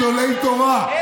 גדולי תורה,